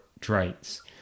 traits